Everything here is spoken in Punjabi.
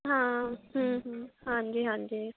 ਹਾਂ ਹਾਂਜੀ ਹਾਂਜੀ